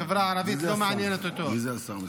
החברה הערבית לא מעניינת אותו.